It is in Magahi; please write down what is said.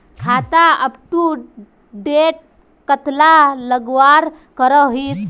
खाता अपटूडेट कतला लगवार करोहीस?